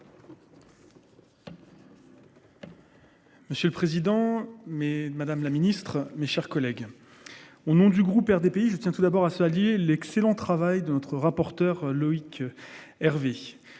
Monsieur le président, madame la secrétaire d'État, mes chers collègues, au nom du groupe RDPI, je tiens tout d'abord à saluer l'excellent travail de notre rapporteur, Loïc Hervé.